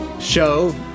show